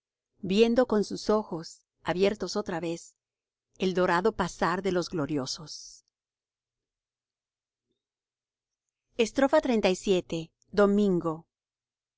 viendo con sus ojos abiertos otra vez el dorado pasar de los gloriosos xxxvii domingo la